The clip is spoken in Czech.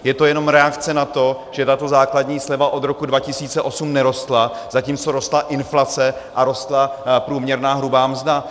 Je to jenom reakce na to, že tato základní sleva od roku 2008 nerostla, zatímco rostla inflace a rostla průměrná hrubá mzda.